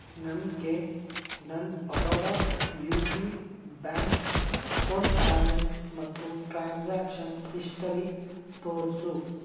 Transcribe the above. ನನಗೆ ನನ್ನ Baroda U P bank account balance ಮತ್ತು ಟ್ರಾನ್ಸಾಕ್ಷನ್ ಹಿಸ್ಟರಿ ತೋರಿಸು